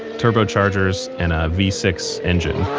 turbochargers, and a v six engine.